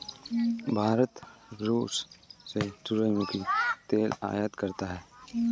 भारत रूस से सूरजमुखी तेल आयात करता हैं